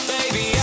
Baby